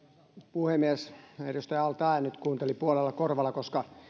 puhemies edustaja al taee nyt kuunteli puolella korvalla koska